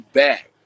back